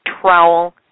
trowel